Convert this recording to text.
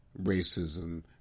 racism